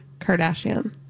Kardashian